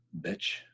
bitch